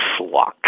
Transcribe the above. schlock